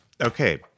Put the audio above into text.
Okay